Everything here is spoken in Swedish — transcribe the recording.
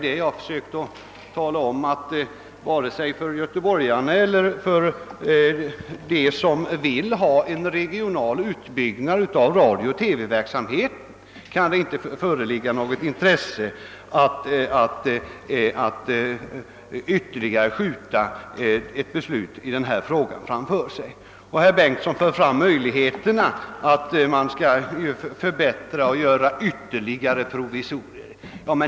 Jag har försökt tala om att det varken för göteborgarna eller för dem som vill ha en regional utbyggnad av radiooch TV-verksamheten kan föreligga något intresse av att ytterligare skjuta ett beslut i frågan framför sig. Herr Bengtson i Solna tänkte sig vissa provisorier.